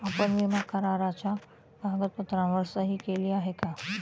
आपण विमा कराराच्या कागदपत्रांवर सही केली आहे का?